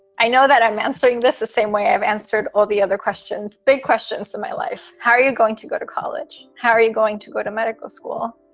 i know that i'm answering this the same way i've answered all the other questions, big questions in my life. how are you going to go to college? how are you going to go to medical school?